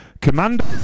Commander